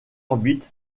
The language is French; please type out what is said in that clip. orbite